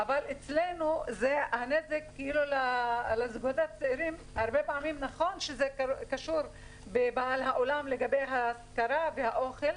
זה נכון שאצלנו ההשכרה והאוכל קשורים לבעל האולם,